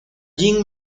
jin